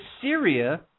Syria